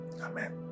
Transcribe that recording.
Amen